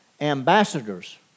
ambassadors